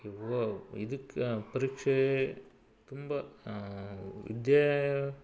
ಓ ಇದಕ್ಕೆ ಪರೀಕ್ಷೆ ತುಂಬ ವಿದ್ಯೆ